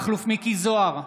בעד מכלוף מיקי זוהר,